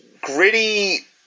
gritty